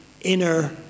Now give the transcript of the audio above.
inner